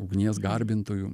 ugnies garbintojų